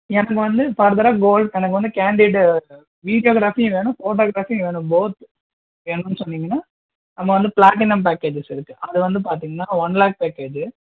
எனக்கு வந்து ஃபர்தரா கோல்ட் எனக்கு வந்து கேன்டிடு வீடியோகிராபியும் வேணும் ஃபோட்டோகிராபியும் வேணும் போத் வேணும்னு சொன்னீங்கனால் நம்ம வந்து ப்ளாட்டினம் பேக்கேஜஸ் இருக்குது அது வந்து பார்த்தீங்கனா ஒன் லேக் பேக்கேஜ்ஜு